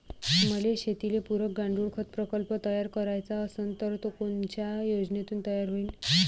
मले शेतीले पुरक गांडूळखत प्रकल्प तयार करायचा असन तर तो कोनच्या योजनेतून तयार होईन?